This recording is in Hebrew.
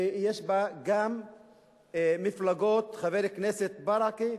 ויש בה גם מפלגות, חבר הכנסת ברכה,